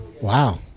Wow